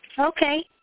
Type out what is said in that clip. Okay